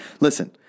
Listen